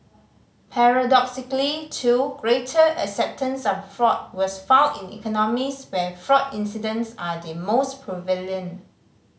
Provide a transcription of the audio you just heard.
paradoxically too greater acceptance of fraud was found in economies where fraud incidents are the most prevalent